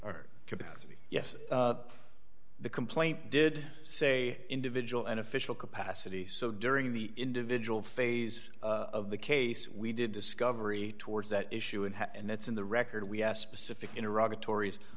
or capacity yes the complaint did say individual an official capacity so during the individual phase of the case we did discovery towards that issue and and that's in the record we have specific in iraq the tories